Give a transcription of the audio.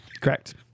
Correct